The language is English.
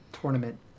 Tournament